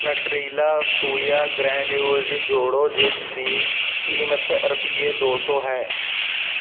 Nutrela soya granules ਜੋੜੋ ਜਿਸ ਦੀ ਕੀਮਤ ਰੁਪਈਏ ਦੋ ਸੌ ਹੈ